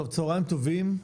צוהריים טובים,